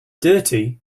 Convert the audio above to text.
dirty